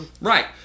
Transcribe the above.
right